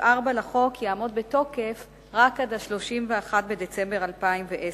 4 לחוק יעמוד בתוקף רק עד 31 בדצמבר 2010,